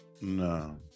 No